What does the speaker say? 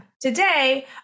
Today